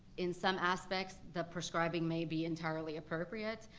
in some aspects, the prescribing may be entirely appropriate.